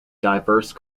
diverse